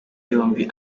yombi